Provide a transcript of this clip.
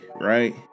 right